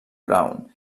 brown